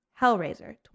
Hellraiser